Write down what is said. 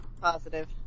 positive